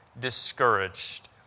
discouraged